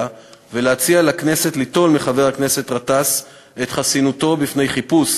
ולהציע לכנסת ליטול מחבר הכנסת גטאס את חסינותו בפני חיפוש